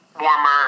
warmer